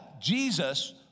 Jesus